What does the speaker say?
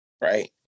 right